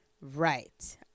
Right